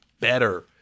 better